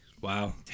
Wow